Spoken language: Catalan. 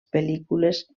pel·lícules